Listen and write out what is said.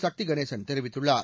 சக்தி கணேசன் தெரிவித்துள்ளார்